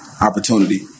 opportunity